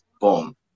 boom